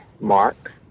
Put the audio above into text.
Mark